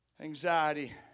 Anxiety